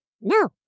No